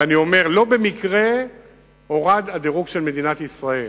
ואני אומר, לא במקרה הורד הדירוג של מדינת ישראל.